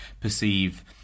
perceive